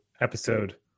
episode